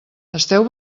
esteu